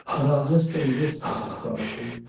and i'll just say this, mrs. crosby.